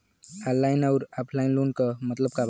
Online अउर offline loan क मतलब का बा?